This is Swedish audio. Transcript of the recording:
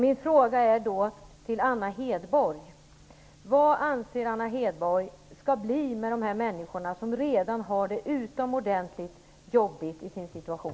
Min fråga till Anna Hedborg är då: Vad anser Anna Hedborg skall hända med dessa människor som redan har en utomordentligt jobbig situation?